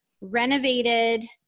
renovated